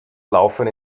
laufen